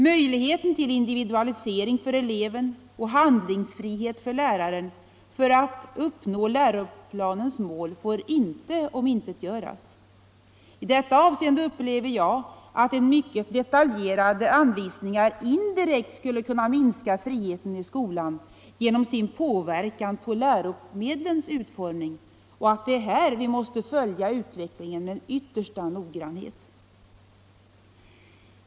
Möjligheten till individualisering för eleven och handlingsfrihet för läraren för att uppnå läroplanens mål får inte omintetgöras. I detta avseende upplever jag att mycket detaljerade anvisningar indirekt skulle kunna minska friheten i skolan genom sin påverkan på läromedlens utformning och att vi här måste följa utvecklingen med den yttersta noggrannhet.